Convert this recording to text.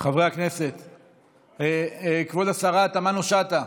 חברי הכנסת, כבוד השרה תמנו שטה,